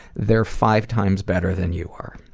they're five times better than you are.